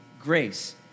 grace